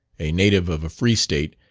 a native of a free state,